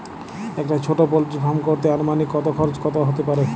একটা ছোটো poultry farm করতে আনুমানিক কত খরচ কত হতে পারে?